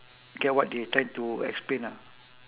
get what they trying to explain ah